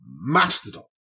Mastodon